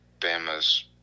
Bama's